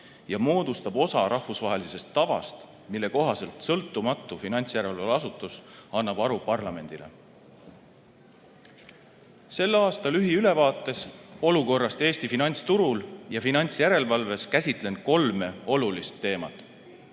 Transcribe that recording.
ja moodustab osa rahvusvahelisest tavast, mille kohaselt sõltumatu finantsjärelevalveasutus annab aru parlamendile. Selle aasta lühiülevaates olukorrast Eesti finantsturul ja finantsjärelevalves käsitlen kolme olulist teemat.